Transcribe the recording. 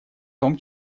том